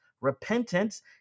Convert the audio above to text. Repentance